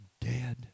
dead